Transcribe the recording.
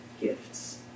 gifts